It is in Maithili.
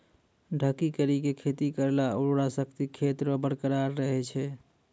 ढकी करी के खेती करला उर्वरा शक्ति खेत रो बरकरार रहे छै